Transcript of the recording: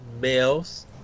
males